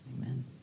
Amen